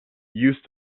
used